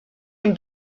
him